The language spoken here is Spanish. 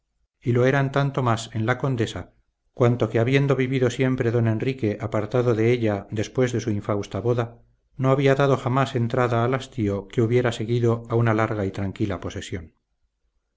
y lo eran tanto más en la condesa cuanto que habiendo vivido siempre don enrique apartado de ella después de su infausta boda no había dado jamás entrada al hastío que hubiera seguido a una larga y tranquila posesión